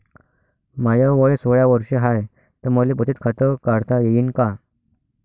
माय वय सोळा वर्ष हाय त मले बचत खात काढता येईन का?